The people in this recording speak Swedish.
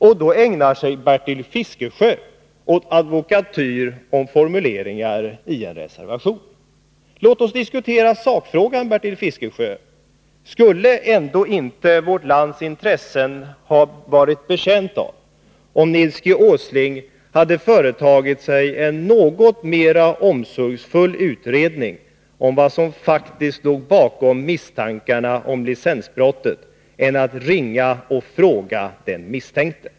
Och då ägnar sig Bertil Fiskesjö åt advokatyr om formella formuleringar i en reservation. Låt oss diskutera sakfrågan, Bertil Fiskesjö! Skulle ändå inte vårt lands intressen ha främjats, om Nils Åsling hade företagit en något mer omsorgsfull utredning av vad som faktiskt låg bakom misstankarna om licensbrott än att ringa och fråga den misstänkte?